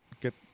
get